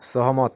सहमत